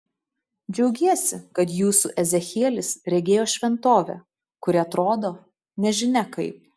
džiaugiesi kad jūsų ezechielis regėjo šventovę kuri atrodo nežinia kaip